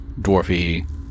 Dwarfy